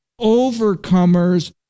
overcomers